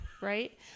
right